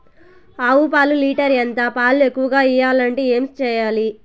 ఆవు పాలు లీటర్ ఎంత? పాలు ఎక్కువగా ఇయ్యాలంటే ఏం చేయాలి?